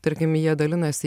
tarkim jie dalinasi